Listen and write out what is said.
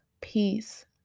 peace